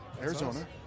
Arizona